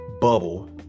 bubble